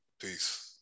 Peace